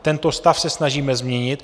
Tento stav se snažíme změnit.